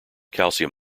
calcium